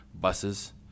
buses